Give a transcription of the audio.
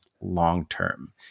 long-term